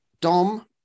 Dom